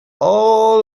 all